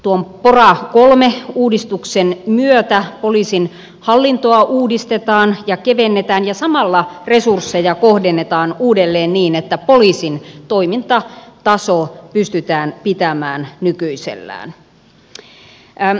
tuon pora iii uudistuksen myötä poliisin hallintoa uudistetaan ja kevennetään ja samalla resursseja kohdennetaan uudelleen niin että poliisin toimintataso pystytään pitämään nykyisellään